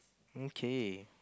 okay